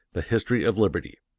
the history of liberty.